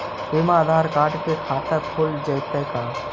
बिना आधार कार्ड के खाता खुल जइतै का?